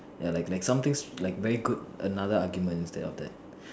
ya like like something very good another argument instead of that